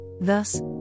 thus